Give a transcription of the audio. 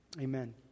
Amen